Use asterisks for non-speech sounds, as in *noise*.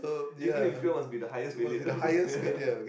even if fail must be the highest failure *laughs* ya